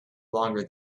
longer